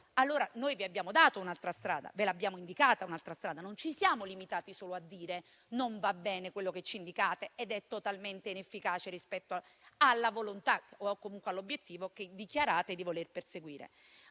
Allora, noi vi abbiamo data un'altra strada, ve l'abbiamo indicata. Non ci siamo limitati solo a dire che non va bene quello che ci indicate ed è totalmente inefficace rispetto alla volontà o all'obiettivo che dichiarate di voler perseguire.